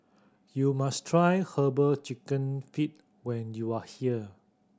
you must try Herbal Chicken Feet when you are here